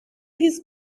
his